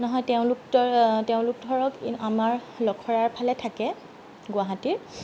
নহয় তেওঁলোক তেওঁলোক ধৰক আমাৰ লখৰাৰফালে থাকে গুৱাহাটীৰ